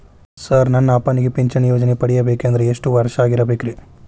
Sir ನನ್ನ ಅಪ್ಪನಿಗೆ ಪಿಂಚಿಣಿ ಯೋಜನೆ ಪಡೆಯಬೇಕಂದ್ರೆ ಎಷ್ಟು ವರ್ಷಾಗಿರಬೇಕ್ರಿ?